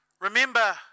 remember